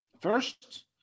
first